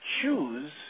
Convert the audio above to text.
choose